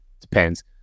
depends